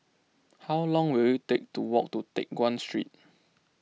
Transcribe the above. how long will it take to walk to Teck Guan Street